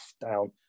down